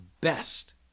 best